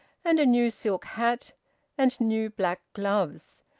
and a new silk hat and new black gloves,